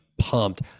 pumped